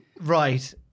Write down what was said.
Right